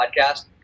podcast